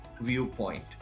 viewpoint